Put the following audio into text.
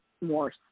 more